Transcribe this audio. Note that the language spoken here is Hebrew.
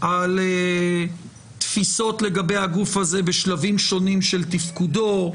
על תפיסות לגבי הגוף הזה בשלבים שונים של תפקודו,